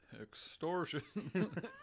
Extortion